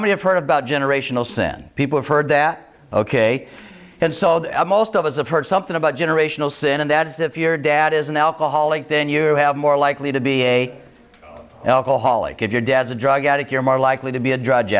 many have heard about generational sin people have heard that ok and so most of us have heard something about generational sin and that is if your dad is an alcoholic then you have more likely to be a alcoholic if your dad's a drug addict you're more likely to be a drug